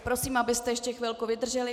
Prosím, abyste ještě chvilku vydrželi.